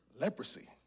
Leprosy